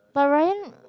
but Ryan